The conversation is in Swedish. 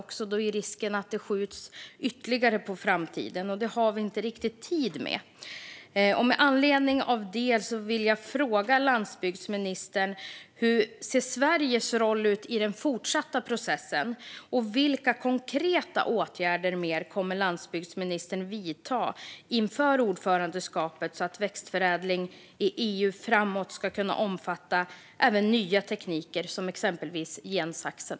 Då är risken att detta skjuts ytterligare på framtiden, och det har vi inte riktigt tid med. Med anledning av det vill jag fråga landsbygdsministern hur Sveriges roll i den fortsätta processen ser ut. Vilka konkreta åtgärder kommer landsbygdsministern att vidta inför ordförandeskapet så att växtförädling i EU framåt ska kunna omfatta även nya tekniker - exempelvis gensaxen?